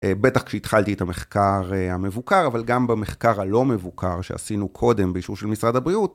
בטח כשהתחלתי את המחקר המבוקר, אבל גם במחקר הלא מבוקר שעשינו קודם באישור של משרד הבריאות,